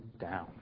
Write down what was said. down